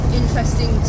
interesting